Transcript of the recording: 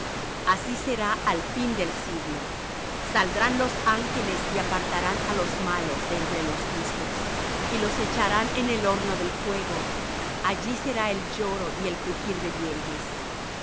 así será al fin del siglo saldrán los ángeles y apartarán á los malos de entre los justos y los echarán en el horno del fuego allí será el lloro y el crujir de dientes